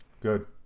Good